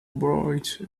bright